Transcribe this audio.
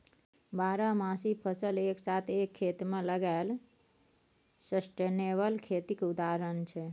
बारहमासी फसल एक साथ एक खेत मे लगाएब सस्टेनेबल खेतीक उदाहरण छै